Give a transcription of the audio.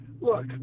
look